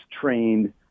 trained